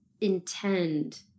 intend